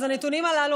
אז הנתונים הללו,